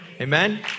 Amen